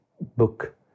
book